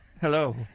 Hello